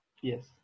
Yes